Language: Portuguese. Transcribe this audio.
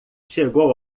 chegou